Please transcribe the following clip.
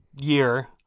year